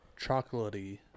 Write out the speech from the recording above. chocolatey